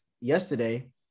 yesterday